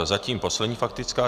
Zatím poslední faktická.